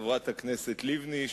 חברת הכנסת לבני,